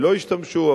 לא ישתמשו.